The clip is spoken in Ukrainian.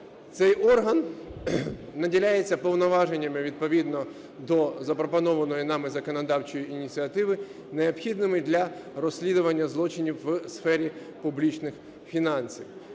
Цей орган наділяється повноваженнями, відповідно до запропонованої нами законодавчої ініціативи, необхідними для розслідування злочинів у сфері публічних фінансів.